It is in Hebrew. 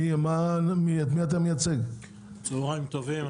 צוהריים טובים,